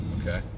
Okay